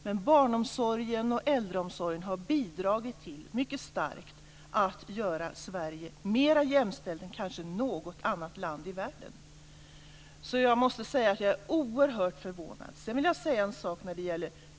Men barnomsorgen och äldreomsorgen har bidragit mycket starkt till att göra Sverige mer jämställt än kanske något annat land i världen. Jag är oerhört förvånad över det Maria Larsson säger.